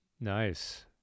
Nice